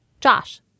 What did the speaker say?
Josh